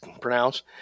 pronounced